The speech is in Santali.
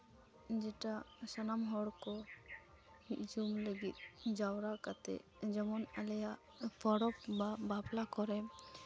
ᱡᱮᱴᱟ ᱥᱟᱱᱟᱢ ᱦᱚᱲ ᱠᱚ ᱢᱤᱫ ᱡᱚᱴ ᱞᱟᱹᱜᱤᱫ ᱡᱟᱣᱨᱟ ᱠᱟᱛᱮᱫ ᱡᱮᱢᱚᱱ ᱟᱞᱮᱭᱟᱜ ᱯᱚᱨᱚᱵᱽ ᱵᱟ ᱵᱟᱯᱞᱟ ᱠᱚᱨᱮ